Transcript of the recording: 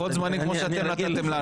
כן, לוחות זמנים כמו שאתם נתתם לנו.